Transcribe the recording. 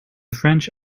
french